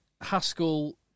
Haskell